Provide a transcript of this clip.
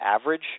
average